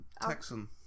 Texan